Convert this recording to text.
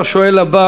השואל הבא,